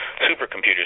supercomputers